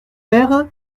mère